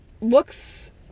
looks